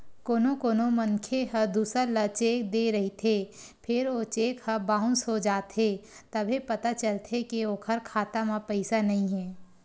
कोनो कोनो मनखे ह दूसर ल चेक दे रहिथे फेर ओ चेक ह बाउंस हो जाथे तभे पता चलथे के ओखर खाता म पइसा नइ हे